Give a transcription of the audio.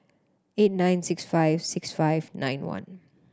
eight nine six five six five nine one